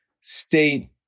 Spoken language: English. state